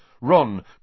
Ron